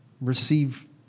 receive